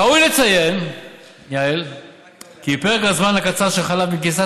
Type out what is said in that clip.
ראוי לציין את פרק הזמן הקצר שחלף מכניסת